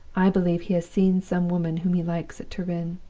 i believe he has seen some woman whom he likes at turin.